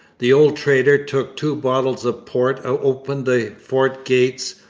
the old trader took two bottles of port, opened the fort gates,